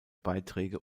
beiträge